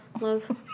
love